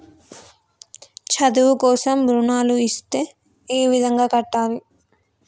చదువు కోసం రుణాలు ఇస్తే ఏ విధంగా కట్టాలి?